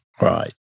Right